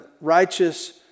righteous